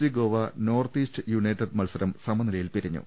C Goa North East United മത്സരം സമനിലയിൽ പിരിഞ്ഞു